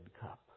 cup